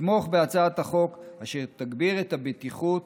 לתמוך בהצעת החוק, אשר תגביר את בטיחות